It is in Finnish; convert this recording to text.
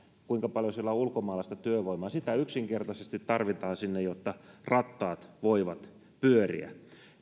kuinka paljon siellä on ulkomaalaista työvoimaa sitä yksinkertaisesti tarvitaan sinne jotta rattaat voivat pyöriä